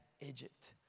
Egypt